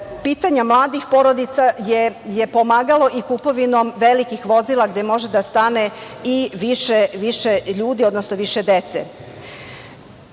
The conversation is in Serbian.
pitanja mladih porodica je pomagalo i kupovinom velikih vozila gde može da stane i više ljudi, odnosno više dece. Što